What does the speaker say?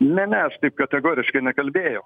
ne ne aš taip kategoriškai nekalbėjau